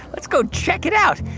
let's go check it out.